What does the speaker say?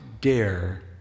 dare